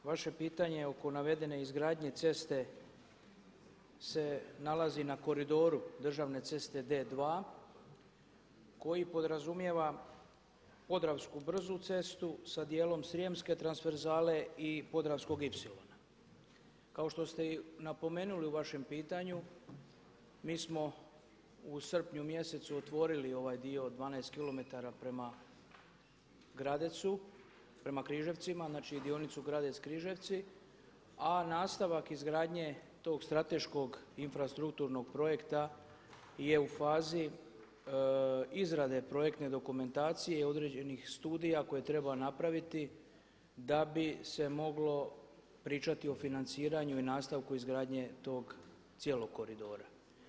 Vaše pitanje oko navedene izgradnje ceste se nalazi na koridoru državne ceste D2 koji podrazumijeva podravsku brzu cestu sa djelom srijemske transverzale i podravskog Y. Kao što ste i napomenuli u vašem pitanju mi smo u srpnju mjesecu otvorili ovaj dio 12 kilometara prema Gradecu, prame Križevcima znači dionicu Gradec-Križevci a nastavak izgradnje tog strateškog infrastrukturnog projekta je u fazi izrade projektne dokumentacije određenih studija koje treba napraviti da bi se moglo pričati o financiranju i nastavku izgradnje tog cijelog koridora.